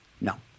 No